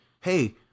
Hey